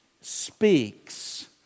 speaks